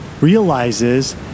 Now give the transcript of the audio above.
realizes